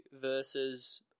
versus